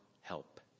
help